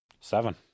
Seven